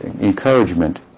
encouragement